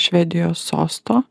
švedijos sosto